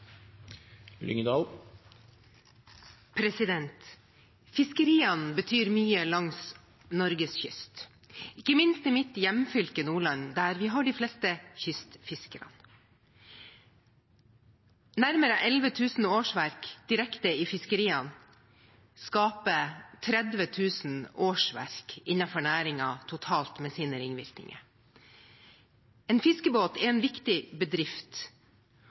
Fiskeriene betyr mye langs Norges kyst, ikke minst i mitt hjemfylke, Nordland, der vi har de fleste kystfiskerne. Nærmere 11 000 årsverk direkte i fiskeriene skaper 30 000 årsverk innenfor næringen totalt, med sine ringvirkninger. En fiskebåt er en viktig bedrift,